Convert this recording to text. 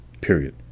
period